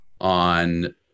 on